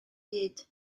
hyd